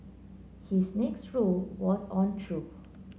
his next rule was on truth